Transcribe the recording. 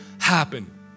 happen